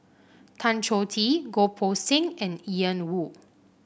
Tan Choh Tee Goh Poh Seng and Ian Woo